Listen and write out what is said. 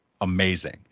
Amazing